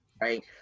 right